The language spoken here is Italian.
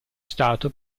stato